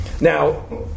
Now